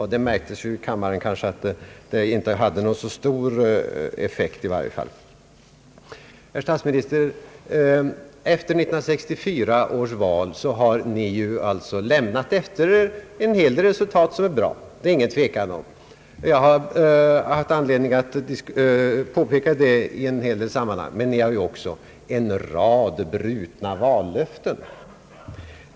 Och det märktes i kammaren att det inte hade så stor effekt. Herr statsminister! Efter 1964 års val har ni lämnat efter er en hel del resultat som är bra. Det är ingen tvekan om det; jag har haft anledning påpeka det i en hel del sammanhang. Men ni har ju också en hel rad brutna vallöften.